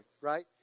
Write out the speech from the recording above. right